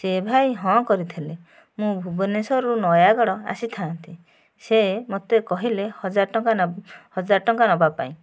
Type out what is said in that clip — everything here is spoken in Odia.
ସେ ଭାଇ ହଁ କରିଥିଲେ ମୁଁ ଭୁବନେଶ୍ୱରରୁ ନୟାଗଡ଼ ଆସିଥାନ୍ତି ସେ ମୋତେ କହିଲେ ହଜାର ଟଙ୍କା ହଜାର ଟଙ୍କା ନେବାପାଇଁ